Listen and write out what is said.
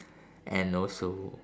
and also